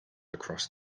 across